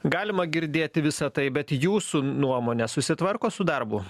galima girdėti visa tai bet jūsų nuomone susitvarko su darbu